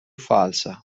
falsa